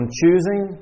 choosing